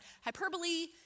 hyperbole